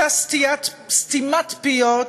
אותה סתימת פיות,